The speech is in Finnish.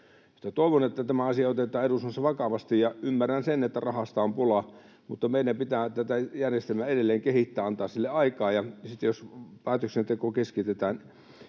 Toivon, että tämä asia otetaan eduskunnassa vakavasti, ja ymmärrän sen, että rahasta on pula, mutta meidän pitää tätä järjestelmää edelleen kehittää, antaa sille aikaa. Ja sitten jos päätöksenteko keskitetään